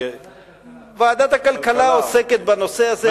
ועדת הכלכלה עוסקת בנושא הזה,